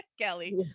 Kelly